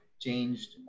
changed